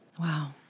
Wow